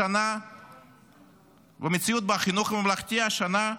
השנה קוצץ בחינוך הממלכתי.